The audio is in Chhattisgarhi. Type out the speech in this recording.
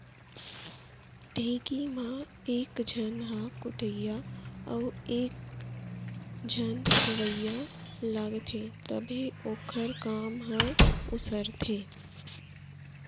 ढेंकी म एक झन ह कुटइया अउ एक झन खोवइया लागथे तभे ओखर काम हर उसरथे